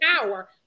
power